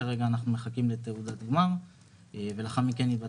כרגע אנחנו מחכים לתעודת גמר ולאחר מכן יתבצע שלב האכלוס.